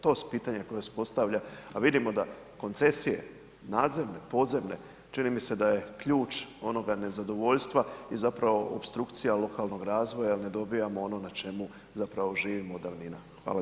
To su pitanja koja se postavljaju, a vidimo da koncesije, nadzemne, podzemne, čini mi se da je ključ onoga nezadovoljstva i zapravo opstrukcija lokalnog razvoja jer ne dobivamo ono na čemu zapravo živimo od davnina.